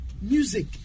music